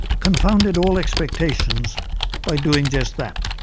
confounded all expectations by doing just that.